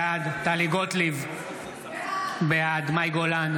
בעד טלי גוטליב, בעד מאי גולן,